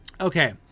Okay